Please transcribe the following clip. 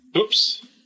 Oops